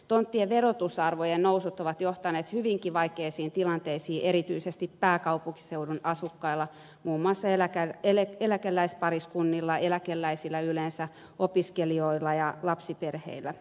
tonttien verotusarvojen nousut ovat johtaneet hyvinkin vaikeisiin tilanteisiin erityisesti pääkaupunkiseudun asukkailla muun muassa eläkeläispariskunnilla eläkeläisillä yleensä opiskelijoilla ja lapsiperheillä